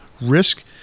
Risk